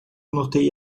notei